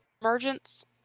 emergence